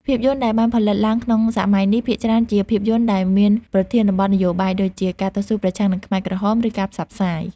ភាពយន្តដែលបានផលិតឡើងក្នុងសម័យនេះ ភាគច្រើនជាភាពយន្តដែលមានប្រធានបទនយោបាយដូចជា ការតស៊ូប្រឆាំងនឹងខ្មែរក្រហម ឬការផ្សព្វផ្សាយ។